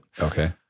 Okay